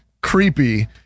creepy